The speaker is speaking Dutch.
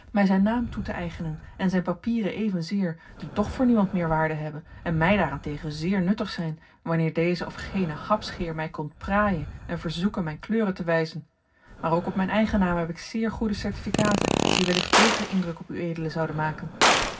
mij zijn naam toe te eigenen en zijn papieren evenzeer die toch voor niemand meer waarde hebben en mij daarentegen zeer nuttig zijn wanneer deze of gene hapscheer mij komt praaien en verzoeken mijn kleuren te wijzen maar ook op mijn eigen naam heb ik zeer goede certificaten die wellicht beteren indruk op ued zouden maken